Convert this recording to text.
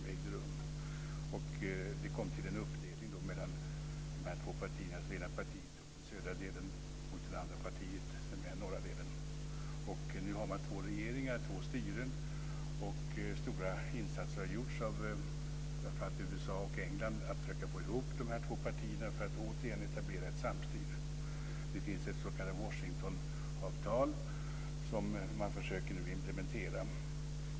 Det kom till en uppdelning mellan de här två partierna. Det ena partiet tog den södra delen, och det andra partiet tog den norra delen. Nu har man två regeringar, två styren. Och stora insatser har gjorts av framför allt USA och England för att försöka få ihop de här två partierna för att återigen etablera ett samstyre. Det finns ett s.k. Washingtonavtal som man nu försöker implementera.